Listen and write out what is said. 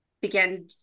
began